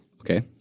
okay